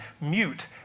mute